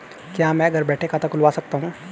क्या मैं घर बैठे खाता खुलवा सकता हूँ?